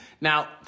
Now